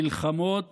מלחמות